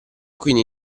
quindi